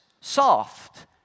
soft